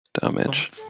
damage